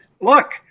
look